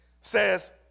says